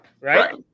right